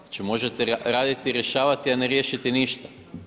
Znači možete raditi i rješavati a ne riješiti ništa.